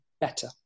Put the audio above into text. better